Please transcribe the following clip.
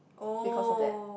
because of that